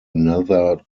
another